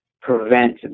prevent